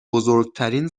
بزرگترین